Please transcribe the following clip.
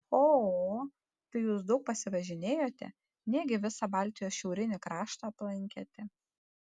o o o tai jūs daug pasivažinėjote negi visą baltijos šiaurinį kraštą aplankėte